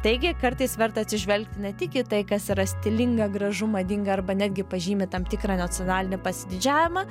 taigi kartais verta atsižvelgti ne tik į tai kas yra stilinga gražu madinga arba netgi pažymi tam tikrą nacionalinį pasididžiavimą